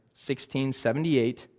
1678